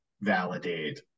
validate